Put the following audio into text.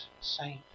Saint